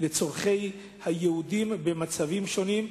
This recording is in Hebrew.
לצורכי היהודים במצבים שונים.